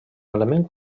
element